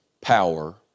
power